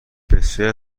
بسیاری